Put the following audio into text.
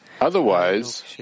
otherwise